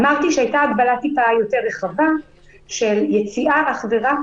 אמרתי שהייתה הגבלה טיפה יותר רחבה של יציאה אך ורק